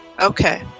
okay